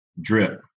drip